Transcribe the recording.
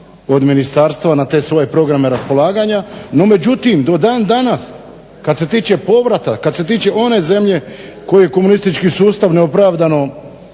od ministarstva na te svoje programe raspolaganja. No međutim, do dan danas kad se tiče povrata, kad se tiče one zemlje koju komunistički sustav neopravdano